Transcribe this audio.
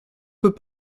peut